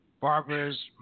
Barbara's